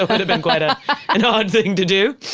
ah but been quite ah an odd thing to do.